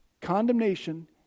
Condemnation